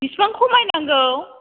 बिसिबां खमायनांगौ